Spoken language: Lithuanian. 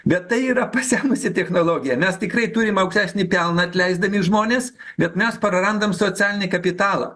bet tai yra pasenusi technologija mes tikrai turim aukštesnį pelną atleisdami žmones bet mes prarandam socialinį kapitalą